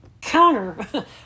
counter